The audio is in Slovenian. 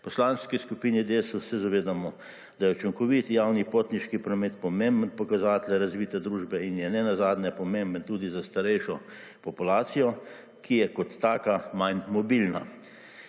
Poslanski skupini DeSUS se zavedamo, da je učinkovit javni potniški promet pomemben pokazatelj razvite družbe in je nenazadnje pomemben tudi za starejšo populacijo, ki je kot taka manj mobilna.